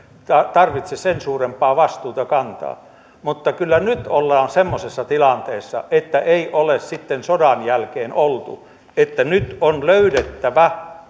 tarvitse sen suurempaa vastuuta kantaa mutta kyllä nyt ollaan semmoisessa tilanteessa että ei ole sitten sodan jälkeen oltu että nyt on löydettävä